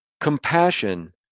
Compassion